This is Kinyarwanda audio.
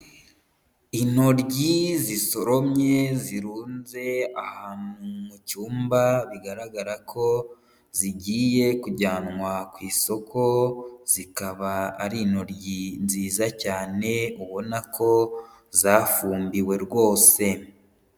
Intoryi zisoromye zirunze ahantu mu cyumba bigaragara ko zigiye kujyanwa ku isoko, zikaba ari intoryi nziza cyane ubona ko zafumbiwe rwose.